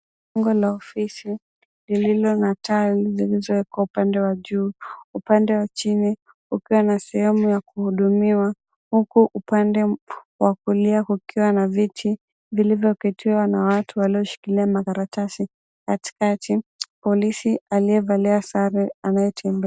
Lango la ofisi lililo na taa zilizowekwa upande wa juu, upande wa chini kukiwa na sehemu ya kuhudumiwa, huku upande wa kulia kukiwa na viti vilivyoketiwa na watu walioshikilia makaratasi, katikati polisi aliyevalia sare anatembea.